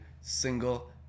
single